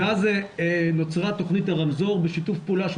ואז נוצרה תכנית הרמזור בשיתוף פעולה של